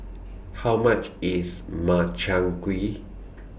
How much IS Makchang Gui